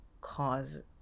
cause